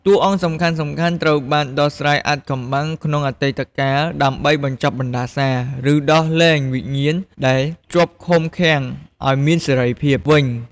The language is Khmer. តួអង្គសំខាន់ៗត្រូវបានដោះស្រាយអាថ៌កំបាំងក្នុងអតីតកាល ដើម្បីបញ្ចប់បណ្ដាសា ឬដោះលែងវិញ្ញាណដែលជាប់ឃុំឃាំងអោយមានសេរីភាពវិញ ។